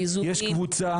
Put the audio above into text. יש קבוצה,